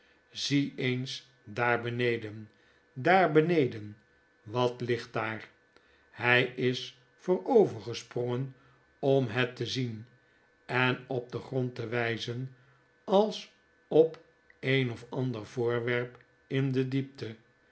zie eens daar beneden daar beneden wat ligtdaar hij is voorover gesprongen om het te zien en op den grond te wijzen als op een of ander voorwerp in de diepte